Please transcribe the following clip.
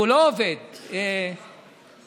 הוא לא עובד, עודד.